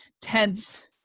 tense